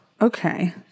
okay